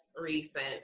recent